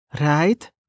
right